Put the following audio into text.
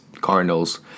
Cardinals